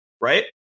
right